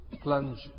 plunge